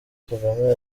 kagame